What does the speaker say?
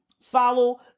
follow